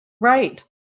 Right